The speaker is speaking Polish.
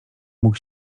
mógł